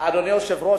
אדוני היושב-ראש,